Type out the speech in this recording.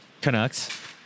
Canucks